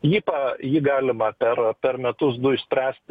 jį pa jį galima per per metus du išspręsti